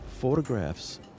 photographs